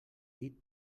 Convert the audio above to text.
dit